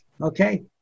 okay